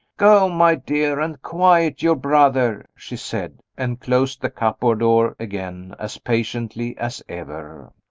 go, my dear, and quiet your brother, she said and closed the cupboard door again as patiently as ever.